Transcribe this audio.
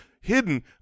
hidden